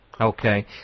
Okay